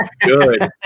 good